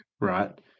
right